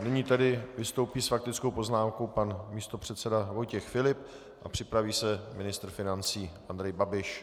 Nyní tedy vystoupí s faktickou poznámkou pan místopředseda Vojtěch Filip a připraví se ministr financí Andrej Babiš.